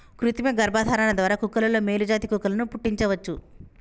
కృతిమ గర్భధారణ ద్వారా కుక్కలలో మేలు జాతి కుక్కలను పుట్టించవచ్చు